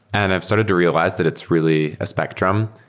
and i've started to realize that it's really a spectrum.